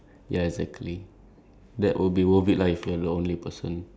as in like if you're the only person to stop aging it's like worth it lah